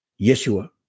Yeshua